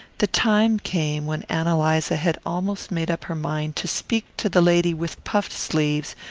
the time came when ann eliza had almost made up her mind to speak to the lady with puffed sleeves,